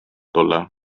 tulla